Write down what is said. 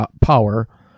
power